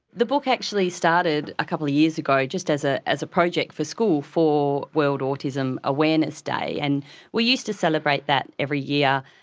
the book actually started a couple of years ago just as ah as a project for school for world autism awareness day, and we used to celebrate that every year,